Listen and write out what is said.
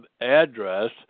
address